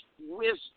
wisdom